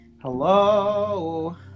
Hello